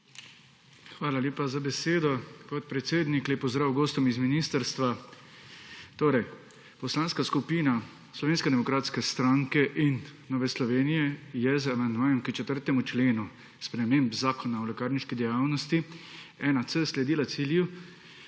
Hvala lepa za besedo, podpredsednik. Lep pozdrav gostom z ministrstva! Poslanski skupini Slovenske demokratske stranke in Nova Slovenija sta z amandmajem k 4. členu sprememb Zakona o lekarniški dejavnosti 1C sledili cilju